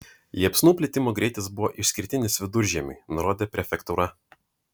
liepsnų plitimo greitis buvo išskirtinis viduržiemiui nurodė prefektūra